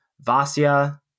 Vasya